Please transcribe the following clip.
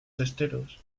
testeros